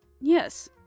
Yes